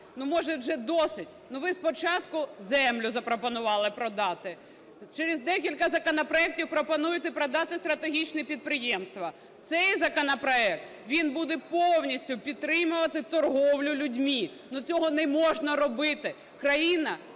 Ну, може, вже досить? Ну, ви спочатку землю запропонували продати. Через декілька законопроектів пропонуєте продати стратегічні підприємства. Цей законопроект, він буде повністю підтримувати торгівлю людьми. Ну, цього не можна робити.